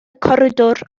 coridor